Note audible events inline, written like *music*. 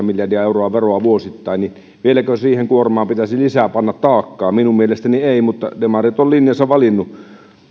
*unintelligible* miljardia euroa veroa vuosittain vieläkö siihen kuormaan pitäisi lisää panna taakkaa minun mielestäni ei mutta demarit ovat linjansa